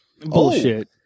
Bullshit